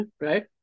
right